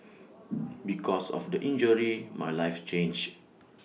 because of the injury my life changed